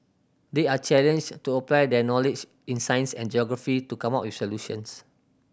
they are challenged to apply their knowledge in science and geography to come up with solutions